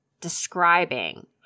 describing